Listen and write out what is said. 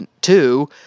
Two